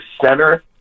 center